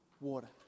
water